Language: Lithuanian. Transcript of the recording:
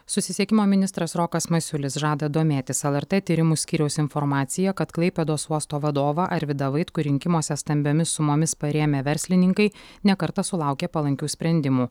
susisiekimo ministras rokas masiulis žada domėtis lrt tyrimų skyriaus informacija kad klaipėdos uosto vadovą arvydą vaitkų rinkimuose stambiomis sumomis parėmę verslininkai ne kartą sulaukė palankių sprendimų